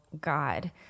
God